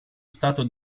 stato